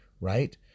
right